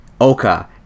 oka